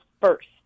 first